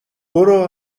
برو